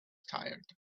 tired